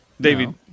David